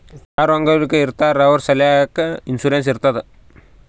ಯಾರು ಅಂಗವಿಕಲ ಇರ್ತಾರ್ ಅವ್ರ ಸಲ್ಯಾಕ್ ಇನ್ಸೂರೆನ್ಸ್ ಇರ್ತುದ್